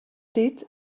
dit